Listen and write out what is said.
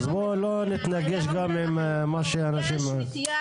אז בואו לא נתנגש גם עם מה שאנשים --- יש נטייה